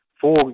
four